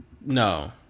No